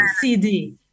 CD